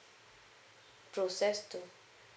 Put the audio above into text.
process to